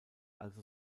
also